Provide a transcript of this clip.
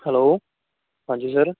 hello ਹਾਂਜੀ sir